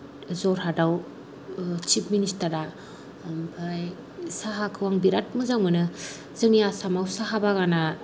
ज'रहाताव chief minister आ ओमफ्राय साहाखौ आं बिराद मोजां मोनो जोंनि आसामाव साहा बागाना